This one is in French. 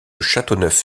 châteauneuf